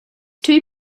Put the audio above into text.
two